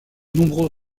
nombreux